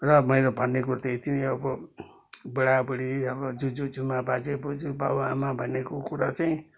र मैले भन्ने कुरो तै यत्ति नै हो अब बुढाबुढी अब जुजू जुमा बाजे बोज्यू बाउ आमा भनेको कुरा चाहिँ